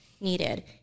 needed